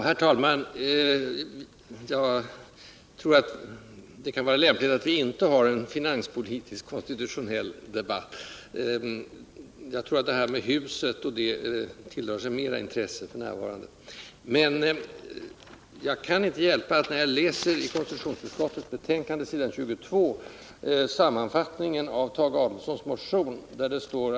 Herr talman! Jag tror inte att det är lämpligt att vi nu håller en finanspolitisk konstitutionell debatt. Riksdagshusprojektet tilldrar sig nog f.n. större intresse. Jag kan dock inte hjälpa att jag, när jag på s. 22 i konstitutionsutskottets betänkande läser sammanfattningen av Tage Adolfssons motion 258, tycker att kravet i motionen ligger snubblande nära de direktiv som Ingemar Mundebo har utfärdat.